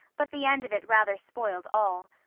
but the end of it rather spoiled all.